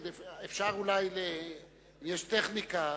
אם יש טכניקה,